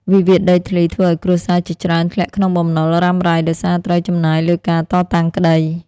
វិវាទដីធ្លីធ្វើឱ្យគ្រួសារជាច្រើនធ្លាក់ក្នុងបំណុលរ៉ាំរ៉ៃ ដោយសារត្រូវចំណាយលើការតតាំងក្ដី។